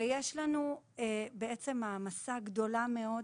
ויש לנו מעמסה גדולה מאוד.